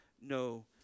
no